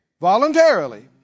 voluntarily